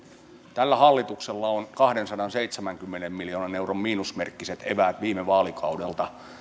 tällä hallituksella on kahdensadanseitsemänkymmenen miljoonan euron miinusmerkkiset eväät viime vaalikaudelta